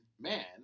man